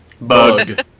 Bug